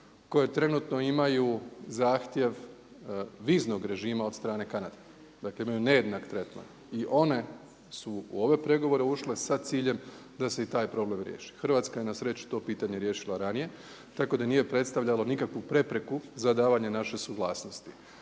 koje trenutno imaju zahtjev viznog režima od strane Kanade, dakle imaju nejednak tretman i one su u ove pregovore ušle sa ciljem da se i taj problem riješi. Hrvatska je na sreću to pitanje riješila ranije tako da nije predstavljalo nikakvu prepreku za davanje naše suglasnosti.